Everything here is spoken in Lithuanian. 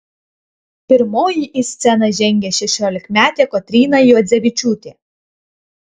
pirmoji į sceną žengė šešiolikmetė kotryna juodzevičiūtė